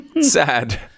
Sad